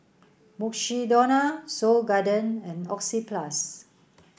Mukshidonna Seoul Garden and Oxyplus